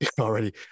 Already